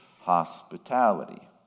hospitality